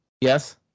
Yes